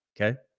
Okay